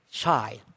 child